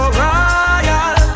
royal